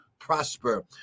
prosper